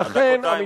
לכן,